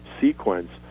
sequence